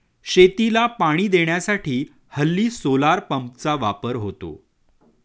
शेतीला पाणी देण्यासाठी हल्ली सोलार पंपचा वापर होतो